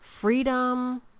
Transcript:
freedom